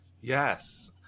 Yes